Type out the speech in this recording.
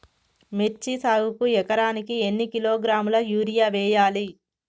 మిర్చి సాగుకు ఎకరానికి ఎన్ని కిలోగ్రాముల యూరియా వేయాలి?